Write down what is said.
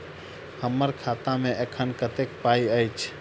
हम्मर खाता मे एखन कतेक पाई अछि?